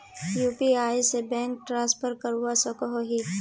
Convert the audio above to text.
UPI से bank transfer करवा सकोहो ही?